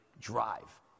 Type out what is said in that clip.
drive